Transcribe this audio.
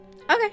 Okay